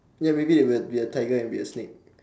ya maybe there will be a tiger and be a snake